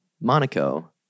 Monaco